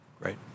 Great